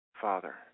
Father